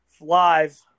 live